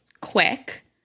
quick